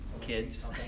kids